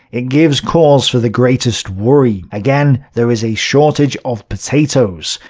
it gives cause for the greatest worry. again there is a shortage of potatoes.